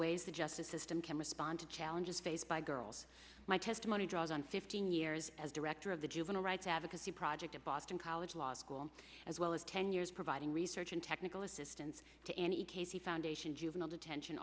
ways the justice system can respond to challenges faced by girls my testimony draws on fifteen years as director of the juvenile rights advocacy project at boston college law school as well as ten years providing research and technical assistance to any casey foundation juvenile detention